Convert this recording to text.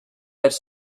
it’s